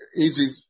easy